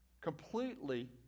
completely